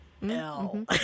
No